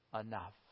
enough